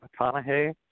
McConaughey